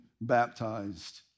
baptized